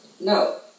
no